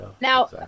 Now